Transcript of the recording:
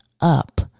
up